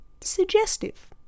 suggestive